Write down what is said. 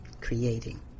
creating